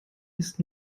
ist